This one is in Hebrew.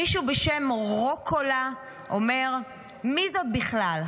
מישהו בשם ריקו לה אומר: "מי זאת בכלל???